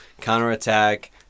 counterattack